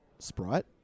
Sprite